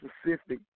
specific